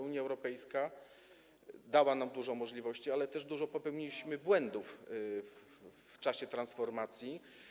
Unia Europejska dała nam dużo możliwości, ale też dużo błędów popełniliśmy w czasie transformacji.